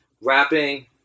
rapping